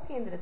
ऐसा ही किया